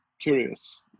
curious